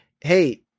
Hey